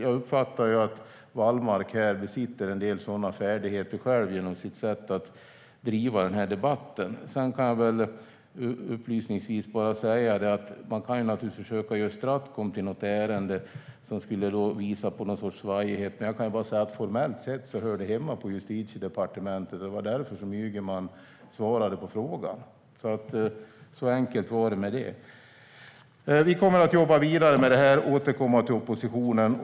Jag uppfattar att Wallmark själv besitter en del sådana färdigheter genom sitt sätt att driva denna debatt. Upplysningsvis kan jag säga att man naturligtvis kan försöka göra Stratcom till något ärende som skulle visa på någon sorts svajighet. Men formellt sett hör det hemma på Justitiedepartementet, och det var därför som Ygeman svarade på frågan. Så enkelt var det med det. Vi kommer att jobba vidare med detta och återkomma till oppositionen.